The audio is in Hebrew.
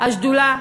השדולה